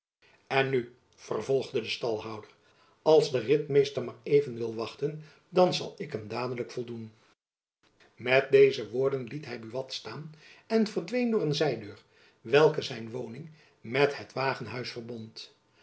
en nu vervolgde de stalhouder als de ritmeester maar even wil wachten dan zal ik hem dadelijk voldoen met deze woorden liet hy buat staan en verdween door een zijdeur welke zijn woning met het jacob van lennep elizabeth musch wagenhuis verbond